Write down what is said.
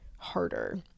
Harder